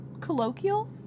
Colloquial